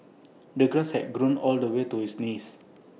the grass had grown all the way to his knees